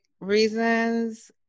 reasons